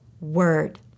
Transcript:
word